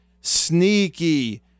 sneaky